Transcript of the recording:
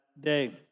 day